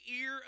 ear